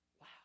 Wow